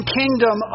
kingdom